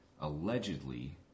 allegedly